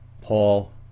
Paul